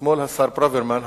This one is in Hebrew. אתמול השר ברוורמן,